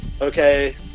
okay